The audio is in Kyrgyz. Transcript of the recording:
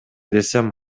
десем